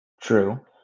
True